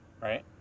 right